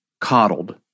coddled